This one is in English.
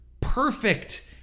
perfect